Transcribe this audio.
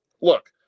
look